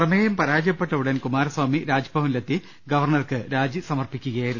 പ്രമേയം പരാജയപ്പെട്ട ഉടൻ കുമാരസ്വാമി രാജ്ഭവനി ലെത്തി ഗവർണർക്ക് രാജി സമർപ്പിക്കുകയായിരുന്നു